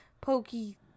pokey